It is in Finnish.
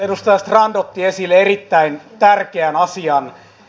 edustaja strand otti esille erittäin tärkeän asian